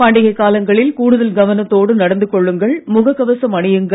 பண்டிகைக் காலங்களில் கூடுதல் கவனத்தோடு நடந்து கொள்ளுங்கள் முகக் கவசம் அணியுங்கள்